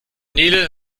nele